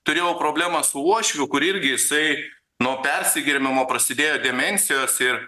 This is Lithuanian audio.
turėjau problemą su uošviu kuri irgi jisai nuo persigėrimomo prasidėjo demensijos ir